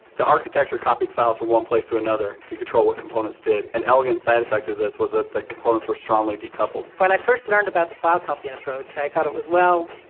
the architecture copied files from one place to another to control what components did. an elegant side effect of this was that ah the components were strongly decoupled. when i first learned about the file copying approach, i thought it was well,